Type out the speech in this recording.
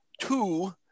two